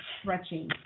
stretching